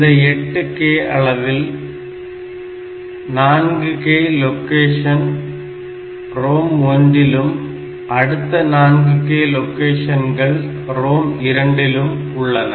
இந்த 8k அளவில் 4k location ROM1 இலும் அடுத்த 4k லொகேஷன்கள் ROM2 இலும் உள்ளன